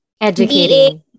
educating